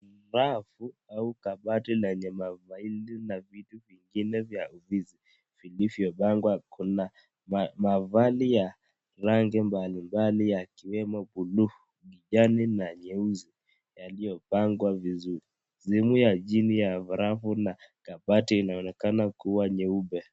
Rafu au kabati lenye mafaili na vitu vingine vya ofisi vilivyopangwa kuna mafaili ya rangi mbali mbali yakiwemo bluu, kijani na nyeusi yaliyo pangwa vizuri. Sehemu ya chini ya rafu na kabati inaonekana kua nyeupe.